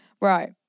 Right